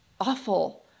awful